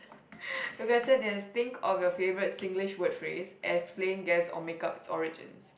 the question is think of your favorite Singlish word phrase explain guess or make-up it's origins